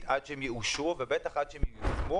עד שהן יאושרו ובוודאי עד שהן ייושמו.